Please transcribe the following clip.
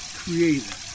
creator